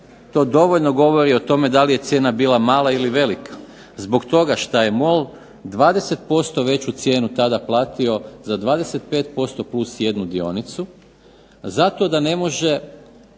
to dovoljno govori o tome da li je cijena bila mala ili velika, zbog toga što je MOL 20% veću cijenu tada platio za 25% + jednu dionicu, zato da ne može